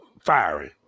firing